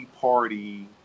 party